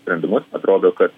sprendimus atrodo kad